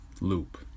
loop